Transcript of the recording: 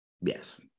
Yes